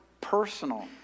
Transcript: personal